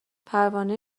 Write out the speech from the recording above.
پروانه